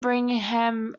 birmingham